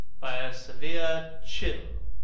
by a severe chill.